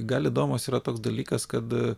gal įdomus yra toks dalykas kad